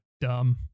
dumb